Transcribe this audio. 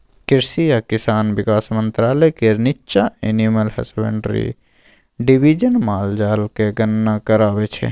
कृषि आ किसान बिकास मंत्रालय केर नीच्चाँ एनिमल हसबेंड्री डिबीजन माल जालक गणना कराबै छै